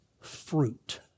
fruit